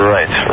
Right